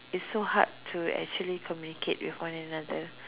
is so hard to actually communicate with one another